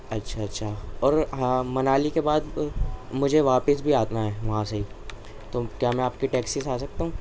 اچھا اچھا اور ہاں منالی کے بعد مجھے واپس بھی آنا ہے وہاں سے ہی تو کیا میں آپ کی ٹیکسی سے آ سکتا ہوں